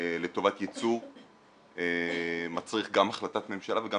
לטובת ייצוא מצריך גם החלטת ממשלה וגם